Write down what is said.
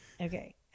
okay